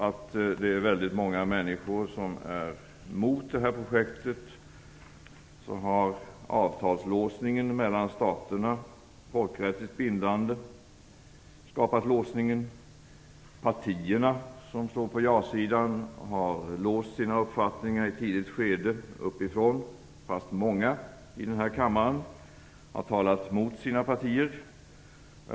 Trots att väldigt många människor är mot det här projektet har avtalet mellan staterna, som är folkrättsligt bindande, skapat låsningen. De partier som står på ja-sidan har uppifrån låst sina uppfattningar i ett tidigt skede, fastän många i den här kammaren har talat mot sina partier.